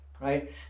right